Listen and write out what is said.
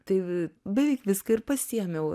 tai beveik viską ir pasiėmiau